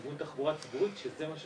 לכיוון תחבורה ציבורית שזה מה שחשוב.